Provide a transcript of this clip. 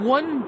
One